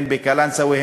הן בקלנסואה,